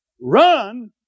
run